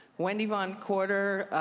wendy von courter,